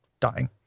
dying